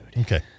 Okay